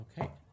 Okay